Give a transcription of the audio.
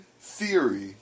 theory